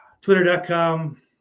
Twitter.com